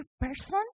person